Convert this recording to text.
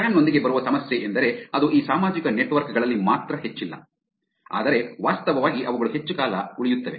spam ನೊಂದಿಗೆ ಬರುವ ಸಮಸ್ಯೆಯೆಂದರೆ ಅದು ಈ ಸಾಮಾಜಿಕ ನೆಟ್ವರ್ಕ್ ಗಳಲ್ಲಿ ಮಾತ್ರ ಹೆಚ್ಚಿಲ್ಲ ಆದರೆ ವಾಸ್ತವವಾಗಿ ಅವುಗಳು ಹೆಚ್ಚು ಕಾಲ ಉಳಿಯುತ್ತವೆ